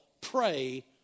pray